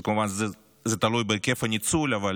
זה כמובן תלוי בהיקף הניצול, אבל